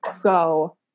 go